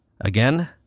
Again